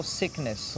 sickness